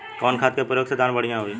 कवन खाद के पयोग से धान बढ़िया होई?